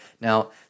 Now